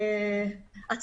בבקשה.